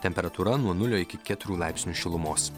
temperatūra nuo nulio iki keturių laipsnių šilumos